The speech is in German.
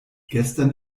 gestern